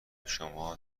شما